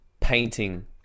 painting